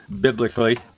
biblically